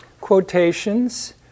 quotations